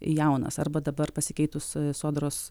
jaunas arba dabar pasikeitus sodros